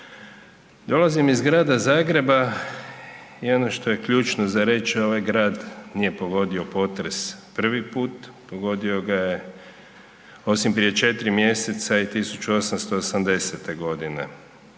Dolazim iz grada Zagreba i ono što je ključno za reći, ovaj grad nije pogodio potres prvi put, pogodio ga je, osim prije 4 mjeseca i 1880. g.